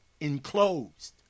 enclosed